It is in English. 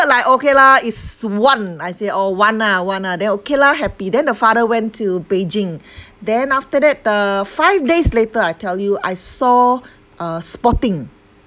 like okay lah it's one I say oh one ah one ah then okay lah happy then the father went to beijing then after that uh five days later I tell you I saw uh spotting